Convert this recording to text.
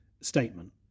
statement